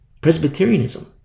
Presbyterianism